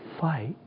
fight